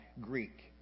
Greek